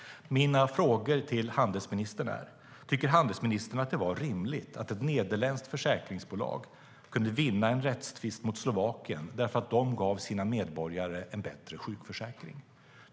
Mina frågor till handelsministern är: Tycker handelsministern att det var rimligt att ett nederländskt försäkringsbolag kunde vinna en rättstvist mot Slovakien, därför att landet gav sina medborgare en bättre sjukförsäkring?